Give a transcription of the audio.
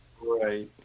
right